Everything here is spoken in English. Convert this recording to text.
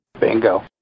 bingo